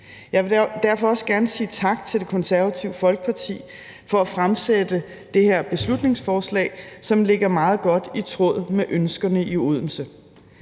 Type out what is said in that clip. Jeg vil derfor også gerne sige tak til Det Konservative Folkeparti for at fremsætte det her beslutningsforslag, som ligger meget godt i tråd med ønskerne i Odense.